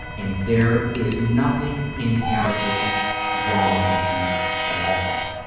and there is nothing inherently wrong with you at all.